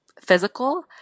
physical